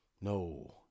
no